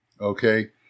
Okay